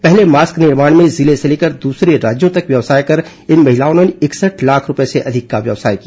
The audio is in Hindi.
पहले मास्क निर्माण में जिले से लेकर दूसरे राज्यों तक व्यवसाय कर इन महिलाओं ने इकसठ लाख रूपये से अधिक का व्यवसाय किया